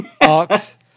ox